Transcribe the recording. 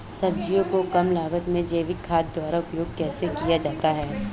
सब्जियों को कम लागत में जैविक खाद द्वारा उपयोग कैसे किया जाता है?